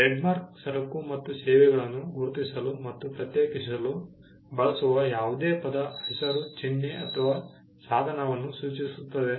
trademark ಸರಕು ಮತ್ತು ಸೇವೆಗಳನ್ನು ಗುರುತಿಸಲು ಮತ್ತು ಪ್ರತ್ಯೇಕಿಸಲು ಬಳಸುವ ಯಾವುದೇ ಪದ ಹೆಸರು ಚಿಹ್ನೆ ಅಥವಾ ಸಾಧನವನ್ನು ಸೂಚಿಸುತ್ತದೆ